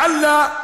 אולי המטוסים שלכם,